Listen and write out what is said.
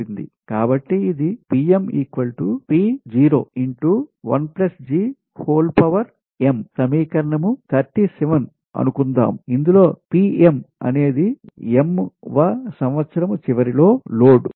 కాబట్టి ఇది సమీకరణం 37అనుకుందాం ఇందులో అనేది m వ సంవత్సరం చివరి లో లోడ్